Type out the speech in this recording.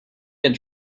get